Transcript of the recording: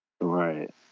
right